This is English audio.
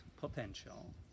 potential